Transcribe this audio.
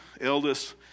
eldest